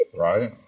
Right